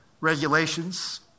regulations